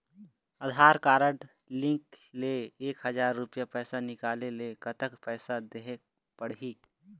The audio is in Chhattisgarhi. आधार कारड लिंक ले एक हजार रुपया पैसा निकाले ले कतक पैसा देहेक पड़ही?